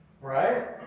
Right